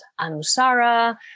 Anusara